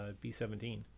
B-17